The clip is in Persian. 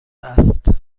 است